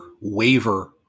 waiver